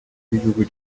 b’igihugu